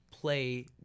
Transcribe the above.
play